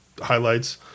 highlights